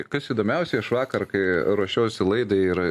kas įdomiausia aš vakar kai ruošiausi laidai ir